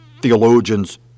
theologians